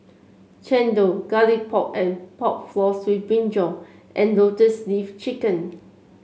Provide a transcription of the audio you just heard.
chendol Garlic Pork and Pork Floss with brinjal and Lotus Leaf Chicken